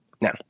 Now